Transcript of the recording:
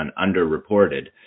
underreported